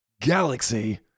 Galaxy